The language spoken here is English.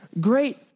great